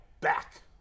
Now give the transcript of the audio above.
back